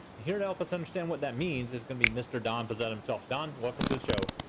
here to help us understand what that means is gonna be mr. don pezet himself. don, welcome to the show.